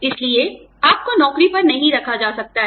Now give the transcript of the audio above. इसलिए आपको नौकरी पर नहीं रखा जा सकता है